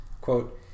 quote